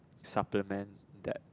supplement that